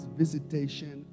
visitation